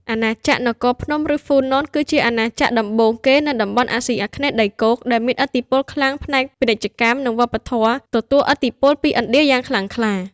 អាណាចក្រនគរភ្នំ ឬ ហ្វូណន គឺជាអាណាចក្រដំបូងគេនៅតំបន់អាស៊ីអាគ្នេយ៍ដីគោក ដែលមានឥទ្ធិពលខ្លាំងផ្នែកពាណិជ្ជកម្ម និងវប្បធម៌ ទទួលឥទ្ធិពលពីឥណ្ឌាយ៉ាងខ្លាំងក្លា។